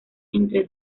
entre